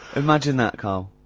imagine that, karl.